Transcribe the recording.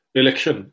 election